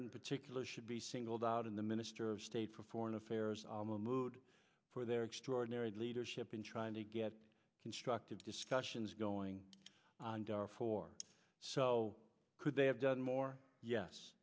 and particular should be singled out in the minister of state for foreign affairs mood for their extraordinary leadership in trying to get constructive discussions going on for so could they have done more yes